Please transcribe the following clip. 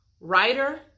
writer